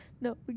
No